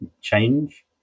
change